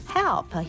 Help